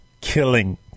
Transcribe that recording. killing